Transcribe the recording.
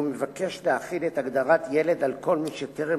והוא מבקש להחיל את הגדרת ילד על כל מי שטרם